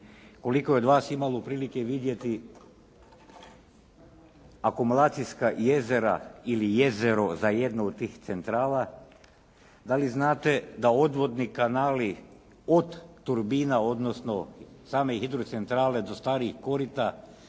koliko je od vas imalo priliku vidjeti akumulacijska jezera ili jezero za jednu od tih centrala, da li znate da odvodni kanali od turbina, odnosno same hidrocentrale do starih korita